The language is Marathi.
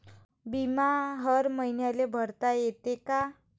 बिमा हर मईन्याले भरता येते का?